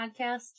podcast